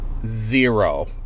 Zero